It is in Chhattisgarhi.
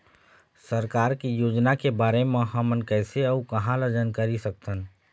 सरकार के योजना के बारे म हमन कैसे अऊ कहां ल जानकारी सकथन?